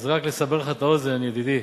אז רק לסבר לך את האוזן, ידידי: